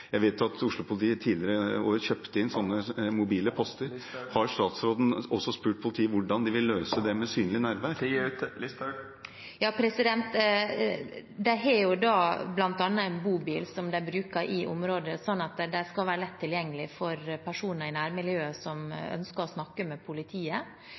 Jeg vet at Oslo-politiet tidligere har kjøpt inn slike mobile poster. Har statsråden spurt politiet om hvordan de vil løse utfordringen med synlig nærvær? De har bl.a. en bobil som de bruker i området, slik at de kan være lett tilgjengelig for personer i nærmiljøet som ønsker å snakke med politiet.